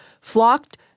flocked